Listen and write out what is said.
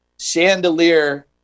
chandelier